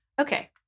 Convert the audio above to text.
Okay